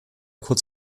kurz